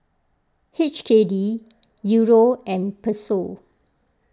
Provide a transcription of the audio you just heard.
H K D Euro and Peso